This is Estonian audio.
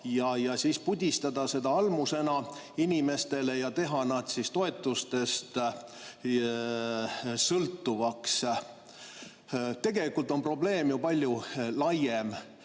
ja siis pudistada seda inimestele almusena ja teha nad toetustest sõltuvaks. Tegelikult on probleem palju laiem.